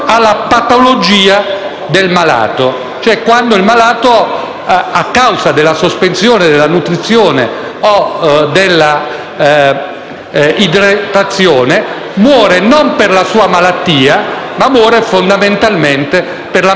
a causa della sospensione della nutrizione o della idratazione, muore non per la sua malattia, ma fondamentalmente per la mancanza di idratazione, che chiaramente come morte